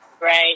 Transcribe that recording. Right